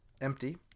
empty